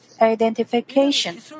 identification